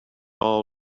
all